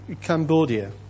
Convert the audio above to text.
Cambodia